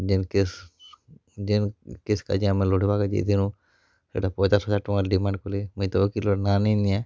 ଯେନ୍ କେସ୍ ଯେନ୍ କେସ୍ କାଜି ଆମେ ଲଢ଼୍ବାକେ ଦେଇଁଥିଲୁ ହେଟା ପଚାଶ୍ ହଜାର୍ ଟଙ୍କା ଡିମାଣ୍ଡ୍ କଲେ ମୁଁଇ ତ ଓକିଲ୍ ର ନାଁ ନେଇଁ ନିଏଁ